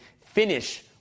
finish